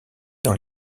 dans